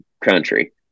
country